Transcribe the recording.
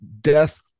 death